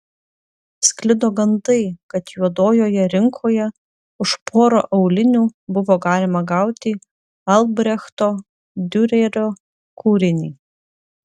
sklido gandai kad juodojoje rinkoje už porą aulinių buvo galima gauti albrechto diurerio kūrinį